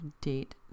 date